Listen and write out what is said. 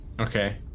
okay